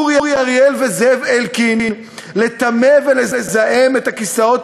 אורי אריאל וזאב אלקין לטמא ולזהם את הכיסאות